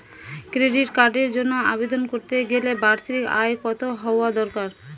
Credit কার্ডের জন্য আবেদন করতে গেলে বার্ষিক আয় কত হওয়া দরকার?